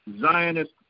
Zionist